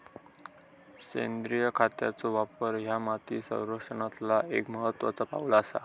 सेंद्रिय खतांचो वापर ह्या माती संरक्षणातला एक महत्त्वाचा पाऊल आसा